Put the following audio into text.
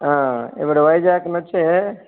ఇపుడు వైజాగ్కు నుంచి